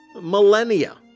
millennia